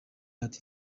ati